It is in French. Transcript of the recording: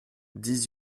dix